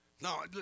No